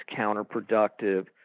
counterproductive